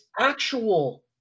actual